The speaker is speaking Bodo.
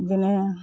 बिदिनो